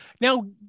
Now